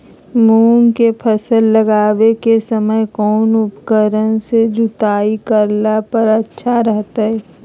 मूंग के फसल लगावे के समय कौन उपकरण से जुताई करला पर अच्छा रहतय?